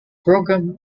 program